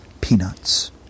peanuts